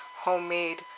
homemade